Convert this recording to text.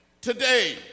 today